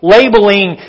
labeling